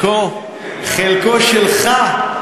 חלקו שלך,